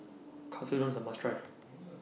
Katsudon IS A must Try